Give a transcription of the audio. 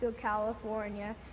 California